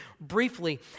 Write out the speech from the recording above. briefly